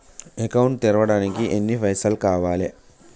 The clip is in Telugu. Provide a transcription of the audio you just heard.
అకౌంట్ తెరవడానికి ఎన్ని పైసల్ కావాలే?